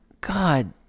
God